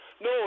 no